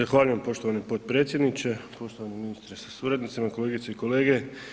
Zahvaljujem poštovani potpredsjedniče, poštovani ministre sa suradnicima, kolegice i kolege.